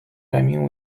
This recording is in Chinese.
改名